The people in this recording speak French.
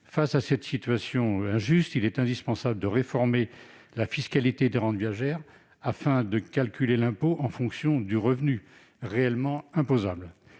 Face à cette situation injuste, il est indispensable de réformer la fiscalité des rentes viagères, afin de calculer l'impôt en fonction du revenu réellement imposable.